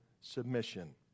submission